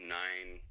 nine